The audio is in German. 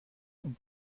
und